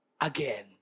again